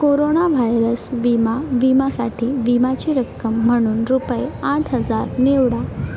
corona virus विमा विमासाठी विम्याची रक्कम म्हणून रुपये आठ हजार निवडा